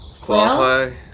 qualify